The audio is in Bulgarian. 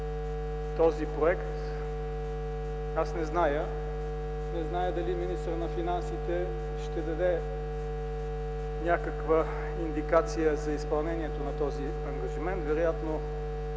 този проект. Не зная дали министърът на финансите ще даде някаква индикация за изпълнението на този ангажимент. Господин